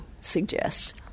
suggest